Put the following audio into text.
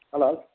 hello